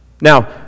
Now